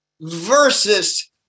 versus